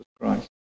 Christ